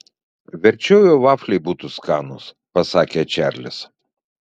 verčiau jau vafliai būtų skanūs pasakė čarlis